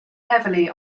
heavily